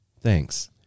thanks